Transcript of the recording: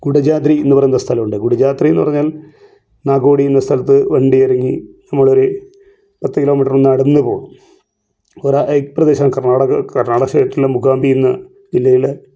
കുടജാദ്രി എന്നു പറയുന്ന സ്ഥലമുണ്ട് കുടജാദ്രി എന്നു പറഞ്ഞാൽ നാഗോടി എന്ന സ്ഥലത്ത് വണ്ടി ഇറങ്ങി നമ്മൾ ഒരു പത്ത് കിലോമീറ്റർ നടന്നു പോകണം കുറേ ഹൈക്ക് പ്രദേശം കർണാടക കർണാടക സ്റ്റേറ്റിലും മൂകാംബിക എന്ന ജില്ലയിലെ